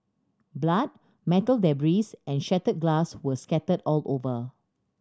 blood metal debris and shattered glass were scattered all over